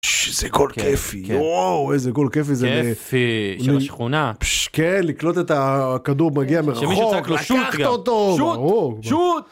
שזה כל כיף איזה כל כיף איזה כיף של השכונה שקל לקלוט את הכדור מגיע מרחוק.